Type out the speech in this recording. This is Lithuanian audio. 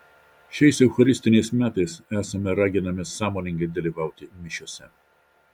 šiais eucharistiniais metais esame raginami sąmoningai dalyvauti mišiose